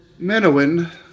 Menowin